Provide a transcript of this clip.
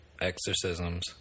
exorcisms